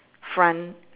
front